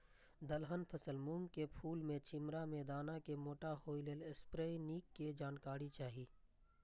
दलहन फसल मूँग के फुल में छिमरा में दाना के मोटा होय लेल स्प्रै निक के जानकारी चाही?